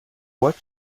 what